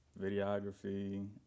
videography